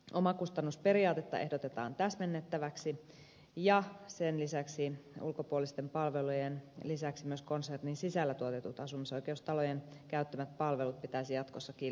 omakustannusperiaatetta ehdotetaan täsmennettäväksi ja sen lisäksi ulkopuolisten palvelujen lisäksi myös konsernin sisällä tuotetut asumisoikeustalojen käyttämät palvelut pitäisi jatkossa kilpailuttaa